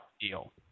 deal